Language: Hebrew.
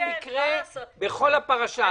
בכל הפרשה הזאת,